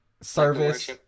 service